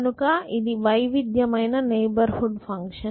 కనుక ఇది వైవిధ్యమైన నైబర్ హుడ్ ఫంక్షన్